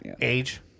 age